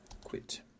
Quit